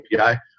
API